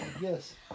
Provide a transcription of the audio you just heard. Yes